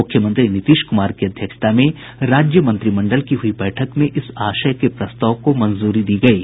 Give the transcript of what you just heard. मुख्यमंत्री नीतीश कुमार की अध्यक्षता में राज्य मंत्रिमंडल की हुई बैठक में इस आशय के प्रस्ताव को मंजूरी दी गयी